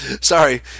Sorry